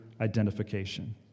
identification